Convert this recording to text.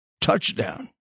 touchdown